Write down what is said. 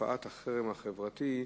תופעת החרם החברתי,